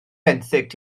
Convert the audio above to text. benthyg